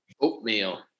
Oatmeal